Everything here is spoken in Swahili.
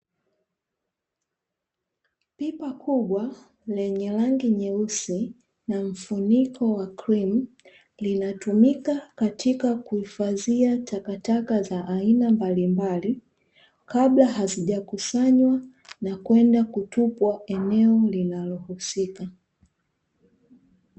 Pipa kubwa lenye rangi nyeusi na mfuniko wa malai, linatumika katika kuhifadhia takataka za aina mbalimbali kabla hazijakusanywa na kwenda kutupwa eneo.